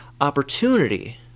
opportunity